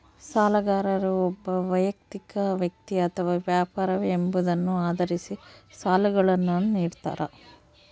ಸಾಲಗಾರರು ಒಬ್ಬ ವೈಯಕ್ತಿಕ ವ್ಯಕ್ತಿ ಅಥವಾ ವ್ಯಾಪಾರವೇ ಎಂಬುದನ್ನು ಆಧರಿಸಿ ಸಾಲಗಳನ್ನುನಿಡ್ತಾರ